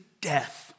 death